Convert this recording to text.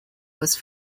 was